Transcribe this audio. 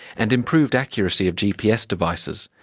and improved accuracy of gps devices,